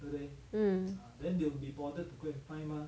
mm